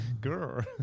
Girl